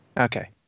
Okay